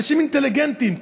אנשים אינטליגנטים,